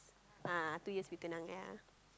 ah two years we tunang ya